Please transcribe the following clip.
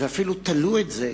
ואפילו תלו את זה,